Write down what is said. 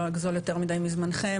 לא אגזול יותר מידי מזמנכם,